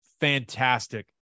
fantastic